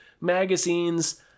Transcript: magazines